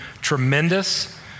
tremendous